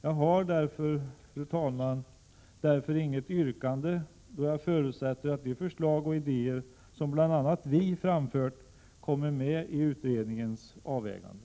Jag har, fru talman, därför inget yrkande då jag förutsätter att de förslag och idéer som bl.a. vi har framfört kommer med i den utredningens avväganden.